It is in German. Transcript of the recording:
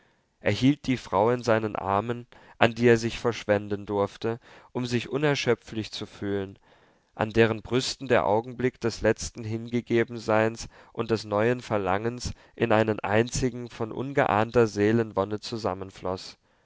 hielt die frau in seinen armen an die er sich verschwenden durfte um sich unerschöpflich zu fühlen an deren brüsten der augenblick des letzten hingegebenseins und des neuen verlangens in einen einzigen von ungeahnter seelenwonne zusammenfloß